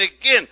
again